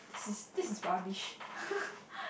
this this is rubbish